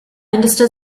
understand